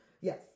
Yes